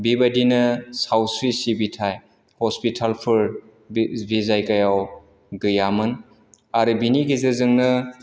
बेबायदिनो सावस्रि सिबिथाय हस्पिटालफोर बे जायगायाव गैयामोन आरो बेनि गेजेरजोंनो